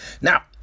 now